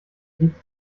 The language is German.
sieht